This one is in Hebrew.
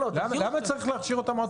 למה צריך שוב להכשיר אותם?